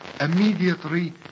immediately